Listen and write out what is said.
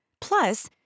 plus